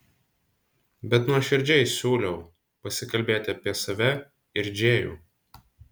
bet nuoširdžiai siūliau pasikalbėti apie save ir džėjų